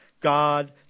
God